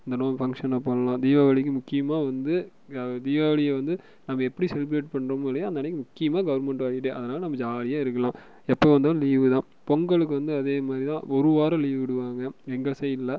இந்த நூ ஃபங்க்ஷன் அப்போலாம் தீபாவளிக்கு முக்கியமாக வந்து தீபாவளியை வந்து நம்ம எப்படி செல்ப்ரேட் பண்ணுறோமோ இல்லையோ அந்த அன்னிக்கு முக்கியமாக கவன்மெண்ட் ஹாலிடே அதனால் நம்ம ஜாலியாக இருக்கலாம் எப்போ வந்தாலும் லீவு தான் பொங்கலுக்கு வந்து அதே மாதிரி தான் ஒரு வாரம் லீவ் விடுவாங்க எங்கள் சைட்டில